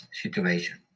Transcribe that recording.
situation